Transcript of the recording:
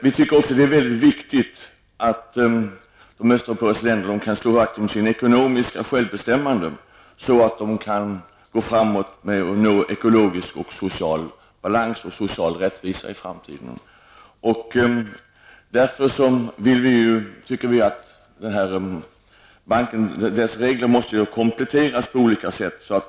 Vi tycker också att det är mycket viktigt att de östeuropeiska länderna kan slå vakt om sitt ekonomiska självbestämmande, så att de kan gå framåt och nå ekologisk och social balans och social rättvisa i framtiden. Därför tycker vi att denna banks regler måste kompletteras på olika sätt.